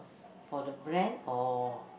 for the brand or